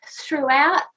throughout